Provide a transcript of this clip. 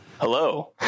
Hello